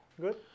Good